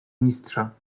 mistrza